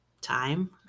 time